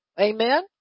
Amen